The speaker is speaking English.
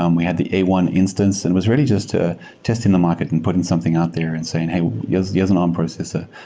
um we had the a one instance and was really just to test in the market and putting something out there and saying, hey, here's here's an arm processor.